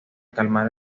calmar